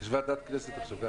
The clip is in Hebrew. יש ועדת הכנסת עכשיו.